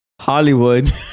Hollywood